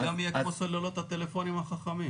זה גם יהיה כמו סוללות הטלפונים החכמים.